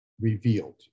revealed